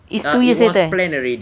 is two years later eh